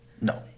No